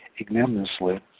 Ignominiously